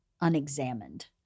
unexamined